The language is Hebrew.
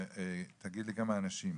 תגיד לי כמה אנשים?